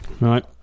Right